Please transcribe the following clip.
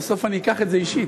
בסוף אני אקח את זה אישית.